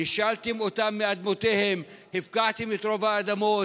נישלתם אותם מאדמותיהם, הפקעתם את רוב האדמות